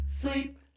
sleep